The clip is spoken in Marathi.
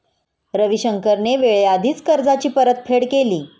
रविशंकरने वेळेआधीच कर्जाची परतफेड केली